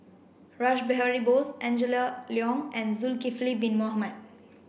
Rash Behari Bose Angela Liong and Zulkifli bin Mohamed